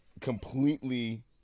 completely